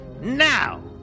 Now